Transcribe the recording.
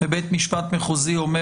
בבית משפט מחוזי אומר